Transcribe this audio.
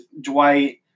Dwight